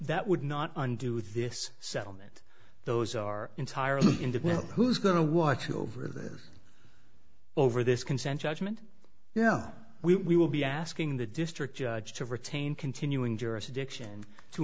that would not undo this settlement those are entirely independent who's going to watch over the over this consent judgment yeah we will be asking the district judge to retain continuing jurisdiction to